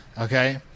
Okay